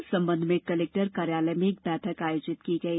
इस संबंध में कलेक्टर कार्यालय में एक बैठक आयोजित की गई